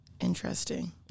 interesting